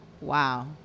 Wow